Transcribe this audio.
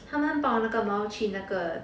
他们抱那个猫去那个